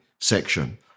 section